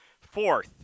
fourth